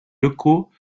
locaux